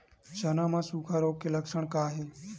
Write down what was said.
चना म सुखा रोग के लक्षण का हे?